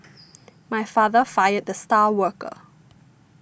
my father fired the star worker